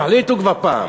תחליטו כבר פעם.